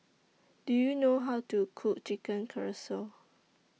Do YOU know How to Cook Chicken Casserole